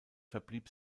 verblieb